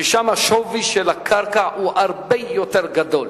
ששם השווי של הקרקע הוא הרבה יותר גדול,